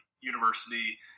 university